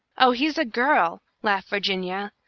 oh, he's a girl! laughed virginia.